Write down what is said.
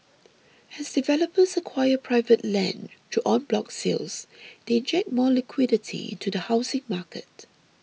as developers acquire private land through en bloc sales they inject more liquidity into the housing market